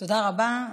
תודה רבה,